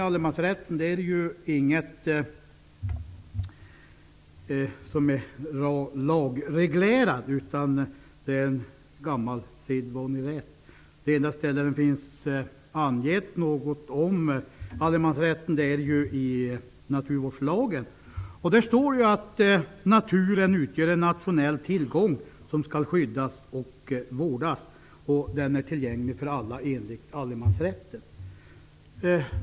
Allemansrätten är inte lagreglerad. Det är en gammal sedvanerätt. Det enda ställe där det finns något angett om allemansrätten är i naturvårdslagen. Där står att naturen utgör en nationell tillgång som skall skyddas och vårdas. Den är tillgänglig för alla enligt allemansrätten.